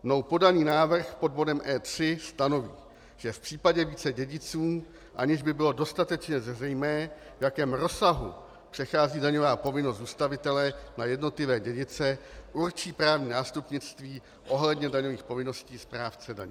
Mnou podaný návrh pod bodem E3 stanoví, že v případě více dědiců, aniž by bylo dostatečně zřejmé, v jakém rozsahu přechází daňová povinnost zůstavitele na jednotlivé dědice, určí právní nástupnictví ohledně daňových povinností správce daně.